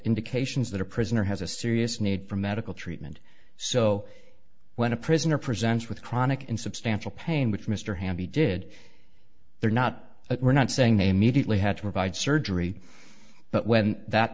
indications that a prisoner has a serious need for medical treatment so when a prisoner presents with chronic and substantial pain which mr hamby did they're not we're not saying they immediately had to provide surgery but when that